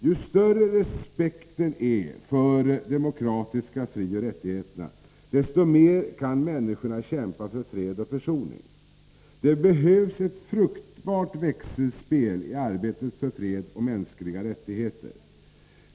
Ju större respekten är för de demokratiska frioch rättigheterna, desto mer kan människorna kämpa för fred och försoning. Det behövs ett fruktbart växelspel i arbetet för fred och mänskliga rättigheter.